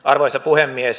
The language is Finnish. arvoisa puhemies